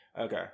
Okay